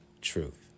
truth